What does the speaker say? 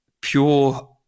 pure